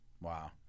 Wow